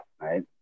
right